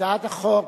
הצעת החוק